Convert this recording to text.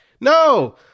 No